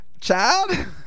Child